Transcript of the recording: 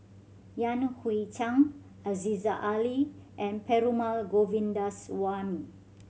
Yan Hui Chang Aziza Ali and Perumal Govindaswamy